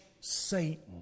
Satan